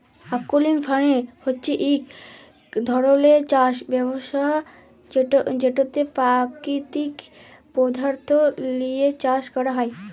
organic farming হছে ইক ধরলের চাষ ব্যবস্থা যেটতে পাকিতিক পদাথ্থ লিঁয়ে চাষ ক্যরা হ্যয়